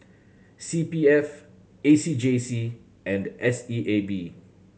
C P F A C J C and S E A B